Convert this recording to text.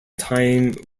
time